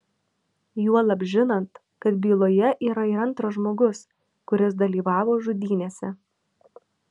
juolab žinant kad byloje yra ir antras žmogus kuris dalyvavo žudynėse